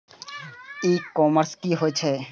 ई commerce की होए छै?